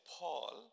Paul